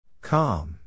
Calm